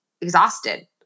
exhausted